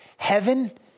Heaven